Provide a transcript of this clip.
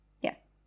Yes